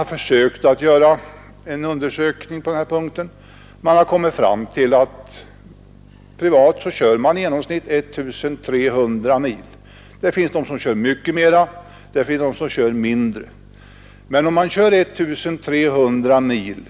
Man har dock efter en undersökning kommit fram till att den genomsnittliga privatkörningen per år uppgår till 1 300 mil. Somliga kör mycket mera och somliga kör mindre. Men om en person kör 1 300 mil